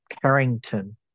Carrington